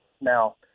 Now